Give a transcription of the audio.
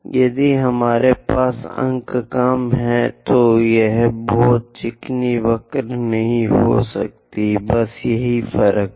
यदि हमारे पास अंक कम हैं तो यह बहुत चिकनी वक्र नहीं हो सकता है बस यही फर्क है